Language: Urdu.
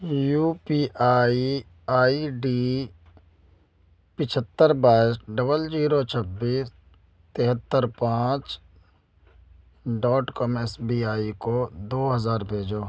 you P I I D پچھہتر بائیس ڈبل زیرو چھبیس تہتر پانچ dot com S B I کو دو ہزار بھیجو